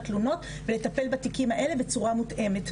תלונות ולטפל בתיקים האלה בצורה מותאמת.